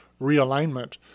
realignment